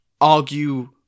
argue